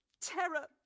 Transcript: terror